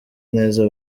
neza